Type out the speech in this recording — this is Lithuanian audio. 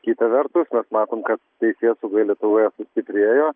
kita vertus matom kad teisėsauga lietuvoje sustiprėjo